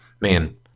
man